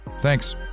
Thanks